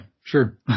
sure